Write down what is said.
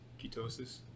ketosis